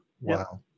wow